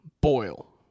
boil